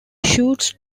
shoots